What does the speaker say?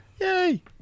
Yay